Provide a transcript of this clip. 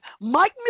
Mike